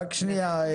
דקה.